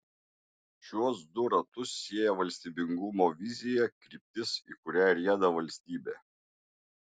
šiuos du ratus sieja valstybingumo vizija kryptis į kurią rieda valstybė